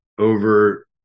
over